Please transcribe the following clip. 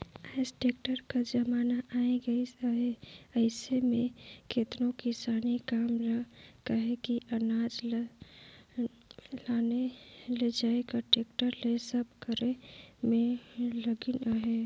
आएज टेक्टर कर जमाना आए गइस अहे अइसे में केतनो किसानी काम ल कहे कि अनाज ल लाने लेइजे कर टेक्टर ले सब करे में लगिन अहें